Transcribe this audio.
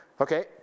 Okay